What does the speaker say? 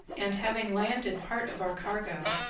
and, having landed part of our cargo,